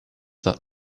that